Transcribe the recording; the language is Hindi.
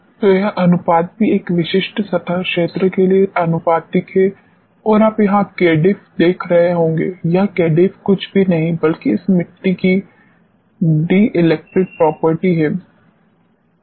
तो यह अनुपात भी एक विशिष्ट सतह क्षेत्र के लिए आनुपातिक है और आप यहाँ kdiff देख रहे होंगे यह kdiff कुछ भी नहीं है बल्कि इस मिट्टी की डिइलेक्ट्रिक प्रॉपर्टी है